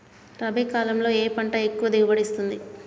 రబీ కాలంలో ఏ పంట ఎక్కువ దిగుబడి ఇస్తుంది?